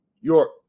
York